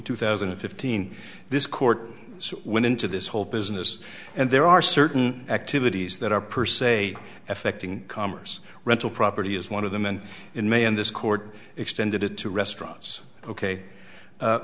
two thousand and fifteen this court went into this whole business and there are certain activities that are per se affecting commerce rental property is one of them and in may in this court extended it to restaurants ok